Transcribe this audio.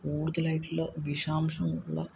കൂടുതലായിട്ടുള്ള വിഷാംശം ഉള്ള